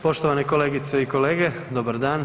Poštovane kolegice i kolege, dobar dan.